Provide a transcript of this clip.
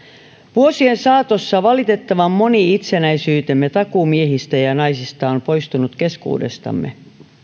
vuosien saatossa valitettavan moni itsenäisyytemme takuumiehistä ja naisista on poistunut keskuudestamme